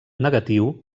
negatiu